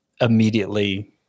immediately